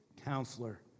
counselor